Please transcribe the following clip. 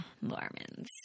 Mormons